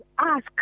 ask